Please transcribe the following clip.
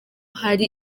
hari